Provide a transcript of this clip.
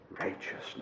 righteousness